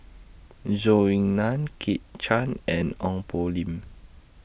Zhou Ying NAN Kit Chan and Ong Poh Lim